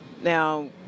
Now